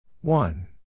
One